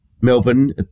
Melbourne